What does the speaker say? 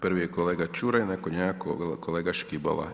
Prvi je kolega Čuraj, nakon njega kolega Škibola.